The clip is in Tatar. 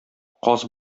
каз